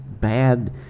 bad